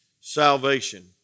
salvation